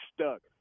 stuck